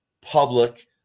public